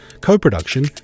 Co-production